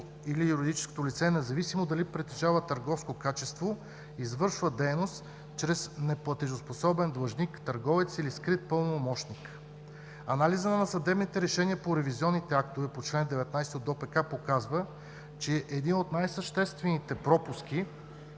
или юридическото лице, независимо дали притежава търговско качество, извършва дейност чрез неплатежоспособен длъжник, търговец или скрит пълномощник. Анализът на съдебните решения по ревизионните актове по чл. 19 от ДОПК показва, че един от най-съществените пропуски